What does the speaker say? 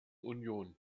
union